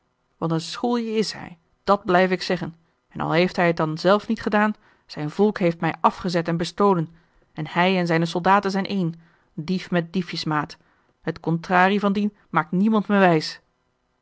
want een schoelje is hij dàt blijf ik zeggen en al heeft hij het dan zelf niet gedaan zijn volk heeft mij afgezet en bestolen en hij en zijne soldaten zijn één dief met diefjesmaat het contrarie van dien maakt niemand